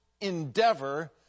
endeavor